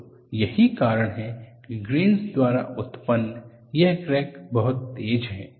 तो यही कारण है कि ग्रेन्स द्वारा उत्पन्न यह क्रैक बहुत तेज है